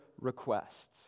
requests